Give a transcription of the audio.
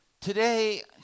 Today